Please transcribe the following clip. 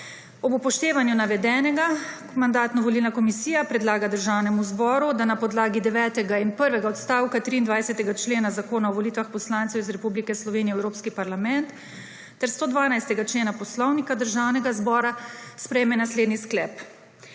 Ob upoštevanju navedenega Mandatno-volilna komisija predlaga Državnemu zboru, da na podlagi devetega in prvega odstavka 23. člena Zakona o volitvah poslancev iz Republike Slovenije v Evropski parlament ter 112. člena Poslovnika Državnega zbora sprejme naslednji sklep: